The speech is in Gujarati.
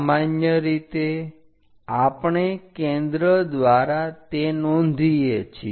સામાન્ય રીતે આપણે કેન્દ્ર દ્વારા તે નોંધીએ છીએ